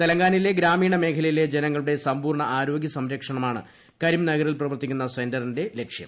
തെലങ്കാനയിലെ ഗ്രാമീണ മേഖലയിലെ ജനിങ്ങളുടെ സമ്പൂർണ ആരോഗ്യ സംരക്ഷണമാണ് കരിംനുകുറിൽ പ്രവർത്തിക്കുന്ന സെന്ററിന്റെ ലക്ഷ്യം